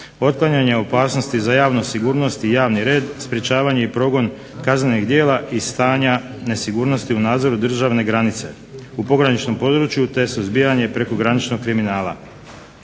otklanjanje opasnosti za javnu sigurnost i javni red, sprečavanje i progon kaznenih djela i stanja nesigurnosti u nadzoru državne granice u pograničnom području te suzbijanje prekograničnog kriminala.